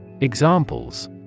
Examples